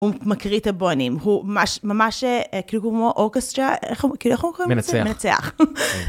הוא מקריא את הבונים, הוא ממש כאילו כמו אורקסטר, כאילו איך הוא קוראים לזה? מנצח.